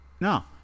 No